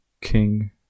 King